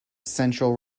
central